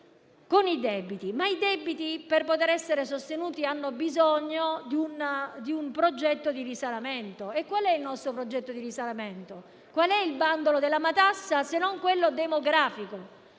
Con i debiti. Questi ultimi però, per poter essere sostenuti, hanno bisogno di un progetto di risanamento. E qual è il nostro progetto di risanamento? Qual è il bandolo della matassa se non quello demografico?